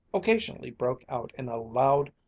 occasionally broke out in a loud,